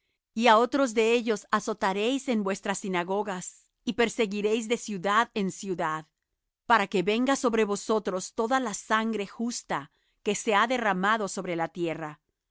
y á otros de ellos azotaréis en vuestras sinagogas y perseguiréis de ciudad en ciudad para que venga sobre vosotros toda la sangre justa que se ha derramado sobre la tierra